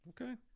Okay